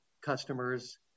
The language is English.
customers